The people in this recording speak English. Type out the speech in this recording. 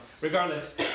Regardless